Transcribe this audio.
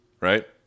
right